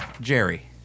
Jerry